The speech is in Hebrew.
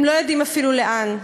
הם לא יודעים אפילו לאן.